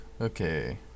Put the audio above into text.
Okay